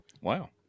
Wow